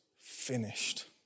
finished